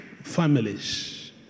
families